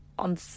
on